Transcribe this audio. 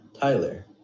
Tyler